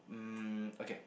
um okay